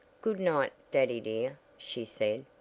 good night, daddy dear, she said,